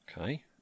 Okay